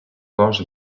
cos